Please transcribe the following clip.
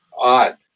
odd